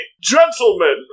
Gentlemen